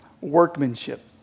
workmanship